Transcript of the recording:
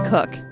Cook